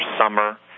summer